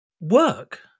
work